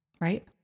right